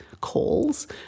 calls